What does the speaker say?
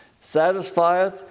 satisfieth